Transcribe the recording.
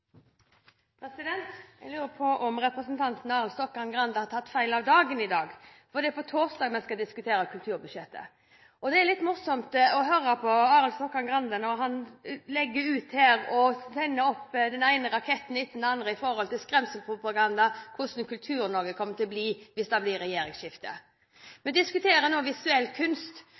på torsdag vi skal diskutere kulturbudsjettet. Det er litt morsomt å høre på Arild Stokkan-Grande når han legger ut og sender opp den ene raketten etter den andre med skremselspropaganda om hvordan Kultur-Norge kommer til å bli hvis det blir regjeringsskifte. Vi diskuterer nå visuell kunst,